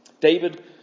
David